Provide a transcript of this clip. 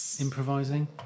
improvising